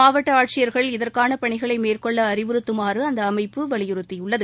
மாவட்ட ஆட்சியிர்கள் இதற்கான பணிகளை மேற்கொள்ள அறிவு றுத்தமாறு அந்த அமைப்பு வலியுறுத்தியுள்ளது